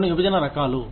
కొన్ని విభజన రకాలు